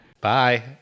Bye